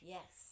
Yes